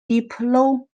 diplomat